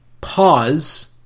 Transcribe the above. pause